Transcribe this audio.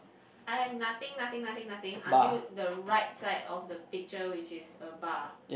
I have nothing nothing nothing nothing until the right side of the picture which is a bar